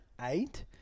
eight